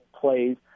plays